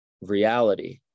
reality